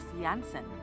Janssen